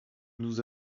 nous